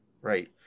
right